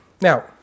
Now